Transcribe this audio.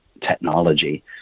technology